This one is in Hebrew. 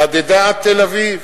נדדה עד תל-אביב.